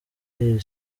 iyi